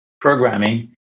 programming